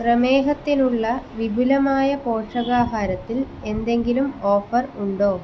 പ്രമേഹത്തിനുള്ള വിപുലമായ പോഷകാഹാരത്തിൽ എന്തെങ്കിലും ഓഫർ ഉണ്ടോ